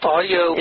Audio